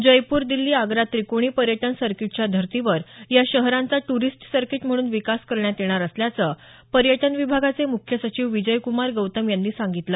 जयपूर दिल्ली आग्रा त्रिकोणी पर्यटन सर्किटच्या धर्तीवर या शहरांचा टूरिस्ट सर्किट म्हणून विकास करण्यात येणार असल्याचं पर्यटन विभागाचे मुख्य सचिव विजय क्मार गौतम यांनी सांगितलं